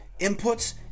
Inputs